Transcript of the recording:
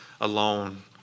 alone